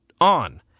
on